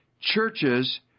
churches